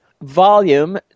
volume